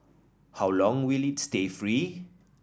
how long will it stay free